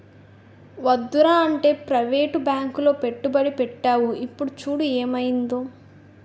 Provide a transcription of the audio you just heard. వద్దురా అంటే ప్రవేటు బాంకులో పెట్టుబడి పెట్టేవు ఇప్పుడు చూడు ఏమయిందో